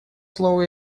слово